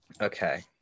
Okay